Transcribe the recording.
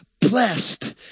Blessed